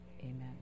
amen